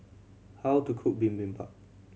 how to cook Bibimbap